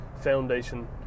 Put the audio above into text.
foundation